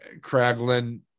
craglin